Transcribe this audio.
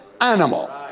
animal